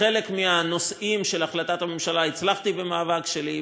בחלק מהנושאים של החלטת הממשלה הצלחתי במאבק שלי,